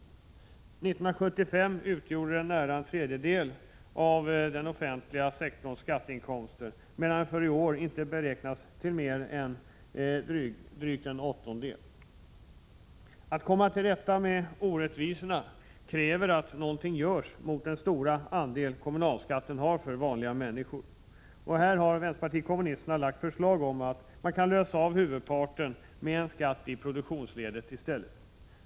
1975 utgjorde statsskatten nära en tredjedel av den offentliga sektorns skatteinkomster, medan den för i år inte beräknas till mer än en dryg åttondel. För att man skall kunna komma till rätta med orättvisorna krävs åtgärder mot den stora andel som kommunalskatten utgör för vanliga människor. Här har vpk lagt fram förslag om att lösa av huvudparten med en skatt i produktionsledet.